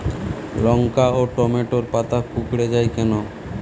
লঙ্কা ও টমেটোর পাতা কুঁকড়ে য়ায় কেন?